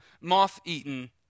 moth-eaten